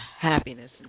happiness